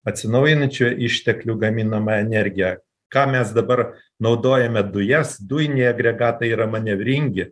atsinaujinančių išteklių gaminamą energiją ką mes dabar naudojame dujas dujiniai agregatai yra manevringi